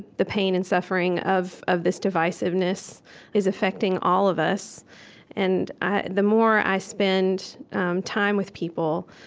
the pain and suffering of of this divisiveness is affecting all of us and ah the more i spend time with people,